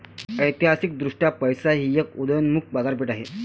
ऐतिहासिकदृष्ट्या पैसा ही एक उदयोन्मुख बाजारपेठ आहे